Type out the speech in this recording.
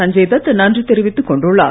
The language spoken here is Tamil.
சஞ்சய் தத் நன்றி தெரிவித்துக் கொண்டுள்ளார்